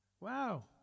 Wow